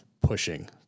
pushing